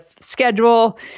schedule